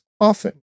often